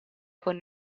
con